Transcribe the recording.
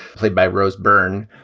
played by rose byrne.